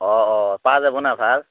অঁ অঁ পাৱা যাব ন ভাল